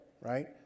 right